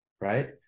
Right